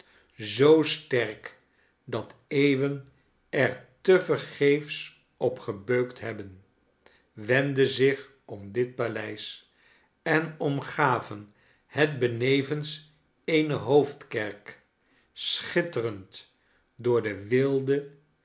zoo sterk dat eeuwen er tevergeefs op gebeukt hebben wendden zich om dit paleis en omgaven het benevens eene hoofdkerk schitterend door de wilde